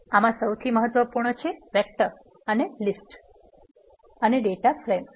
આમાં સૌથી મહત્વપૂર્ણ છે વેક્ટર લીસ્ટ અને ડેટા ફ્રેમ્સ